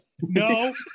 No